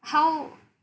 how